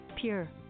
Pure